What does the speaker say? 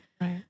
Right